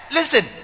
Listen